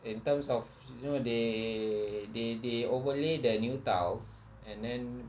in terms of you know they they they overlay the new tiles and then